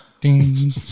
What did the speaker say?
ding